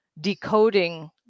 decoding